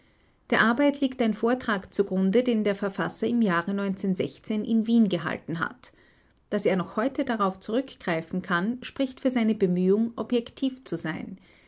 der arbeit liegt ein vortrag zugrunde den der verfasser im jahre in wien gehalten hat daß er noch heute darauf zurückgreifen kann spricht für seine bemühung objektiv zu sein